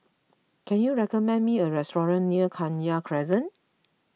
can you recommend me a restaurant near Kenya Crescent